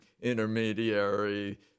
intermediary